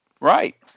Right